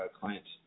clients